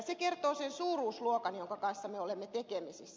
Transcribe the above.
se kertoo sen suuruusluokan jonka kanssa me olemme tekemisissä